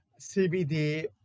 CBD